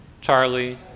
charlie